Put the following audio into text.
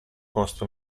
costa